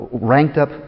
ranked-up